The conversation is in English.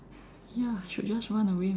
ya should just run away man